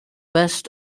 best